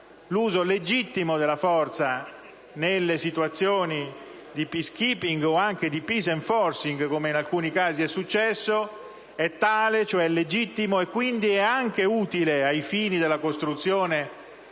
L'uso legittimo della forza nelle situazioni di *peace keeping* o anche di *peace enforcing* - come in alcuni casi è accaduto - è tale, cioè legittimo e quindi anche utile ai fini della costruzione